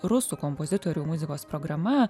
rusų kompozitorių muzikos programa